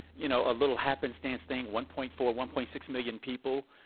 you know, a little happenstance thing, one point four, one point six million people,